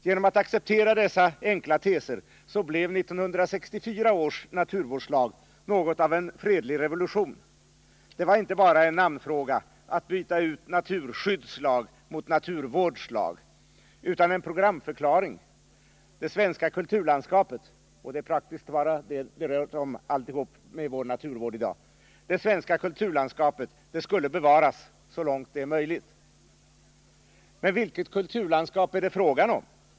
Genom att acceptera dessa enkla teser blev 1964 års naturvårdslag något av en fredlig revolution; det var inte bara en namnfråga att byta ut 107 naturskyddslag mot naturvårdslag utan en programförklaring: det svenska kulturlandskapet — det är praktiskt taget alltid detta det handlar om i vår naturvård i dag — skulle bevaras så långt det är möjligt. Men vilket kulturlandskap är det fråga om?